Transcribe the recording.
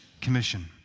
Commission